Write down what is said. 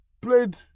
played